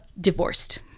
divorced